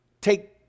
take